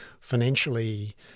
financially